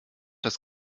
das